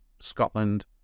Scotland